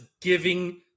giving